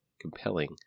compelling